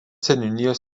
seniūnijos